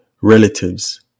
relatives